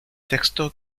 texto